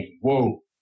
whoa